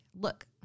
look